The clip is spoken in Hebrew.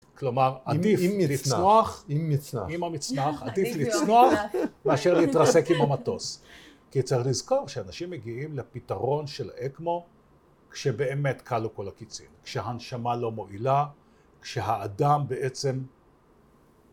כלומר עדיף לצנוח, עם המצנח, עדיף לצנוח מאשר להתרסק עם המטוס כי צריך לזכור שאנשים מגיעים לפתרון של אקמו כשבאמת כלו כל הקיצים, כשהנשמה לא מועילה כשהאדם בעצם